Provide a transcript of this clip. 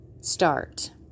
start